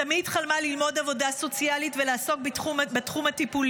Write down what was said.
תמיד חלמה ללמוד עבודה סוציאלית ולעסוק בתחום הטיפולי.